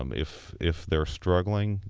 um if if they are struggling,